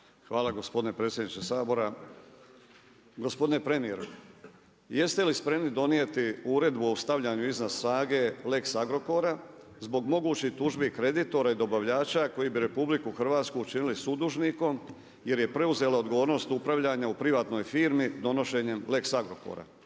Hvala gospodine predsjedniče Sabora. Gospodine premjer, jeste li spremni donijeti uredbu o stavljanju iznad sage lex Agrokora, zbog mogućih tužbi kreditora i dobavljača koji bi RH učinili sudužnikom, jer je preuzela odgovornost upravljanja u privatnoj firmi, donošenjem lex Agrokora.